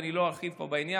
ואני לא ארחיב פה בעניין,